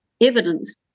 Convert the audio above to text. evidence